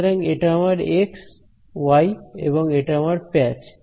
সুতরাং এটা আমার এক্স ওয়াই এবং এটা আমার প্যাচ